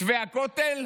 מתווה הכותל,